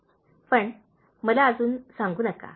"पण मला अजून सांगू नका